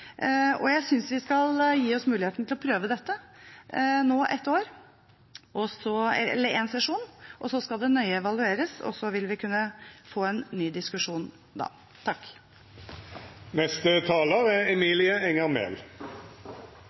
og jeg synes vi skal gi oss muligheten til å prøve dette nå én sesjon. Så skal det nøye evalueres, og vi vil kunne få en ny diskusjon da. Jeg støtter mindretallet i presidentskapet og er